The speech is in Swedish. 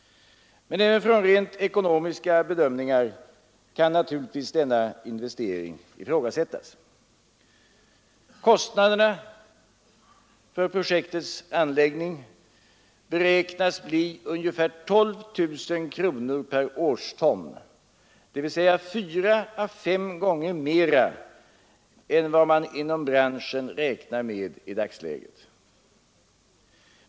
Men även från rent ekonomiska bedömningar kan naturligtvis denna investering ifrågasättas. Investeringskostnaderna för projektet beräknas bli ungefär 12 000 kronor per årston, dvs. fyra å fem gånger mera än vad man inom branschen räknar med i dagsläget.